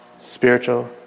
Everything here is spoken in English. Spiritual